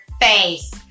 face